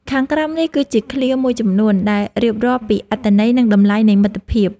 ខាងក្រោមនេះគឺជាឃ្លាមួយចំនួន ដែលរៀបរាប់ពីអត្ថន័យ និងតម្លៃនៃមិត្តភាព។